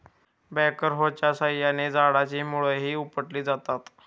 बॅकहोच्या साहाय्याने झाडाची मुळंही उपटली जातात